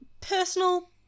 personal